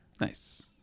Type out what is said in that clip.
Nice